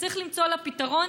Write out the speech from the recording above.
וצריך למצוא לה פתרון,